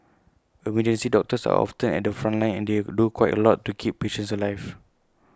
emergency doctors are often at the front line and they do quite A lot to keep patients alive